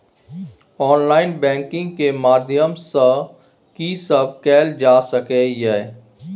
Online banking के माध्यम सं की सब कैल जा सके ये?